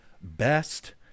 best